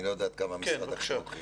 כן, בבקשה.